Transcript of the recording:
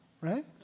right